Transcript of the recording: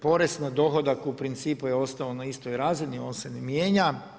Porez na dohodak u principu je ostao na istoj razini on se ne mijenja.